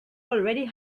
already